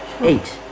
eight